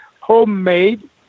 homemade